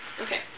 Okay